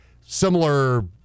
similar